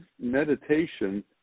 meditation